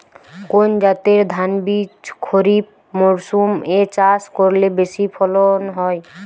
কোন জাতের ধানবীজ খরিপ মরসুম এ চাষ করলে বেশি ফলন হয়?